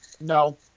no